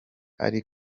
ari